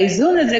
האיזון הזה,